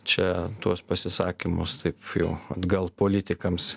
čia tuos pasisakymus taip jau atgal politikams